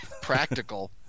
practical